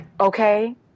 Okay